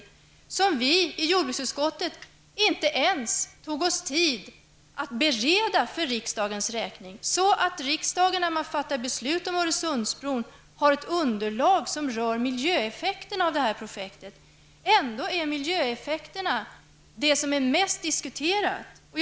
Den tog vi i jordbruksutskottet oss inte ens tid att bereda för riksdagens räkning, så att riksdagen när beslutet om Öresundsbron skall fattas kunde ha ett underlag som rör miljöeffekterna av detta projekt. Ändå är miljöeffekterna de som har diskuterats mest.